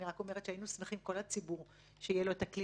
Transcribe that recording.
אני רק אומרת שכל הציבור היה שמח שיהיה לו את הכלי